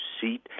seat